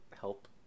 help